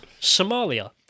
Somalia